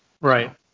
right